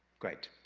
great,